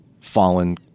fallen